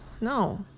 No